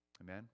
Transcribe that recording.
Amen